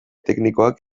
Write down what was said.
teknikoak